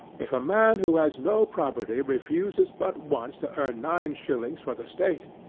if a man who has no property refuses but once to earn nine shillings for the state,